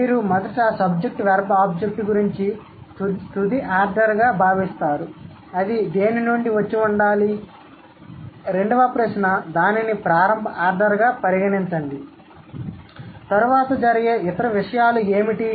మీరు మొదట SVO గురించి తుది ఆర్డర్గా భావిస్తారు అది దేని నుండి వచ్చి ఉండాలి రెండవ ప్రశ్న దానిని ప్రారంభ ఆర్డర్గా పరిగణించండి తరువాత జరిగే ఇతర విషయాలు ఏమిటి